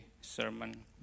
sermon